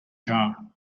car